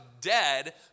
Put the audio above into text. dead